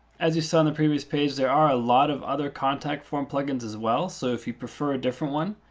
as you saw on the previous page, there are a lot of other contact form plugins as well. so if you prefer a different one,